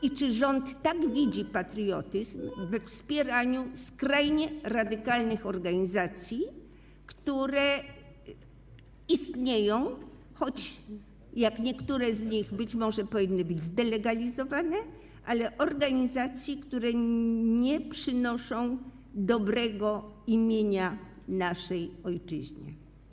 I czy rząd tak widzi patriotyzm, we wspieraniu skrajnie radykalnych organizacji, które istnieją, choć jak niektóre z nich być może powinny być zdelegalizowane, organizacji, które nie pomagają dobremu imieniu naszej ojczyzny?